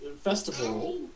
festival